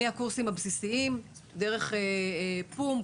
מהקורסים הבסיסיים דרך פו"ם,